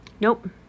nope